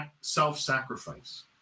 self-sacrifice